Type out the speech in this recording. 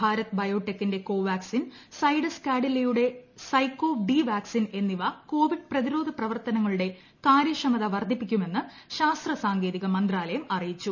ഭാരത് ബയോടെക്കിന്റെ ക്രോവാസ്കിൻ സൈഡസ് കാഡിലയുടെ ZyCoV D vaccine എന്നിവ കോവിഡ് പ്രതിരോധ പ്രവർത്തനങ്ങളുടെ കാ്രൃക്ഷമത വർദ്ധിപ്പിക്കുമെന്നും ശാസ്ത്ര സാങ്കേതിക മന്ത്രാലയം അറിയിച്ചു